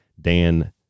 Dan